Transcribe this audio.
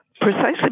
Precisely